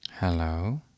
Hello